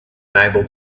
unable